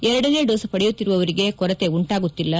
ಎರಡನೇ ಡೋಸ್ ಪಡೆಯುತ್ತಿರುವವರಿಗೆ ಕೊರತೆ ಉಂಟಾಗುತ್ತಿಲ್ಲ